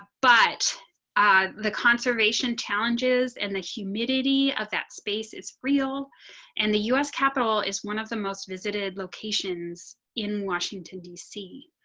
but ah the conservation challenges and the humidity of that space is real and the us capitol is one of the most visited locations in washington, dc.